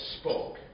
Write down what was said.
spoke